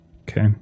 Okay